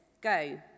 Go